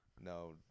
no